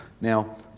Now